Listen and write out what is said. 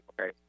okay